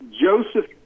Joseph